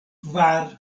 kvar